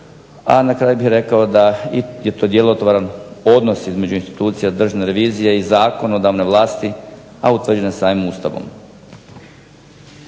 A na kraju bih rekao da je to djelotvoran odnos između instituta Državne revizije i zakonodavne vlasti, a utvrđenje samim Ustavom.